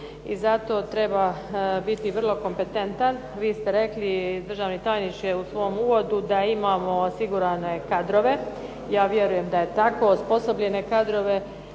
I zato treba biti vrlo kompetentan. Vi ste rekli državni tajniče u svom uvodu da imamo osigurane kadrove, ja vjerujem da je tako, osposobljene kadrove